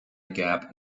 gap